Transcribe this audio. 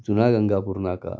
जुना गंगापूर नाका